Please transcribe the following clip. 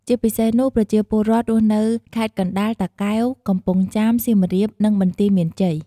ជាពិសេសនោះប្រជាពលរដ្ឋរស់នៅខេត្តកណ្តាល តាកែវ កំពង់ចាម សៀមរាប និងបន្ទាយមានជ័យ។